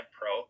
Pro